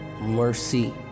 mercy